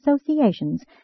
associations